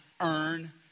earn